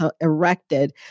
erected